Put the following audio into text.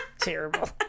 terrible